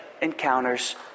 encounters